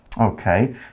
Okay